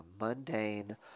mundane